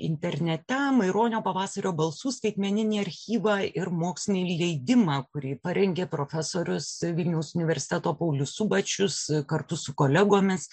internete maironio pavasario balsų skaitmeninį archyvą ir mokslinį leidimą kurį parengė profesorius vilniaus universiteto paulius subačius kartu su kolegomis